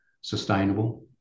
sustainable